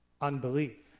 unbelief